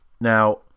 Now